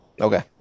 Okay